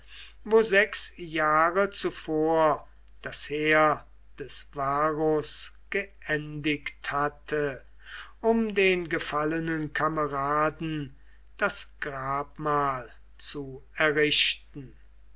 wo sechs jahre zuvor das heer des varus geendigt hatte um den gefallenen kameraden das grabmal zu errichten